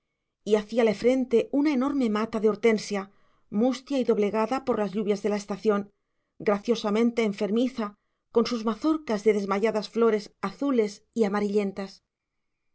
y hacíale frente una enorme mata de hortensia mustia y doblegada por las lluvias de la estación graciosamente enfermiza con sus mazorcas de desmayadas flores azules y amarillentas